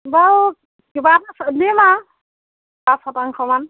বাৰু কিবা এটা দিম আৰু পাঁচ শতাংশমান